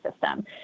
system